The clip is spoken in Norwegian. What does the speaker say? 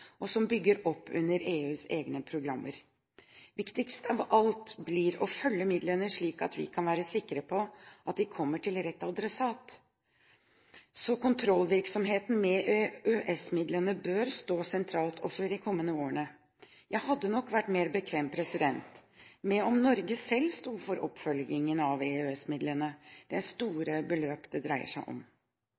og som bygger opp under EUs egne programmer. Viktigst av alt blir å følge midlene, slik at vi kan være sikre på at de kommer til rett adressat. Så kontrollvirksomheten med EØS-midlene bør stå sentralt også i de kommende årene. Jeg hadde nok vært mer bekvem med om Norge selv sto for oppfølgingen av EØS-midlene, det er store beløp det dreier seg om.